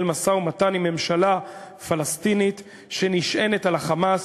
משא-ומתן עם ממשלה פלסטינית שנשענת על 'חמאס',